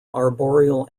arboreal